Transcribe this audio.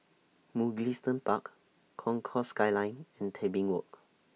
Mugliston Park Concourse Skyline and Tebing Walk